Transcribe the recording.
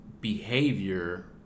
behavior